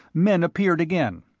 men appeared again.